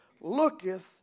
looketh